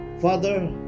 Father